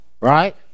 right